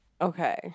okay